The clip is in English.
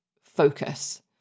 focus